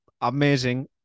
amazing